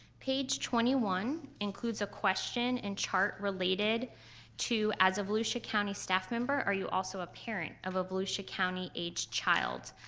page twenty one includes a question and chart related to as a volusia county staff member are you also a parent of a volusia county aged child.